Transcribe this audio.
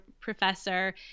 professor